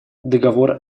договор